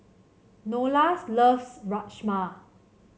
Nola loves Rajma